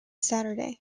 saturday